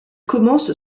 commence